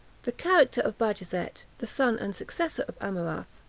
the character of bajazet, the son and successor of amurath,